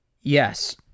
Yes